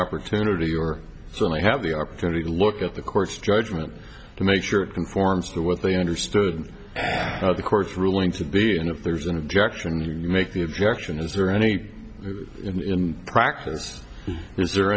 opportunity or they have the opportunity to look at the court's judgment to make sure it conforms to what they understood the court's ruling to be and if there's an objection you make the objection is there any in practice is there